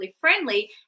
friendly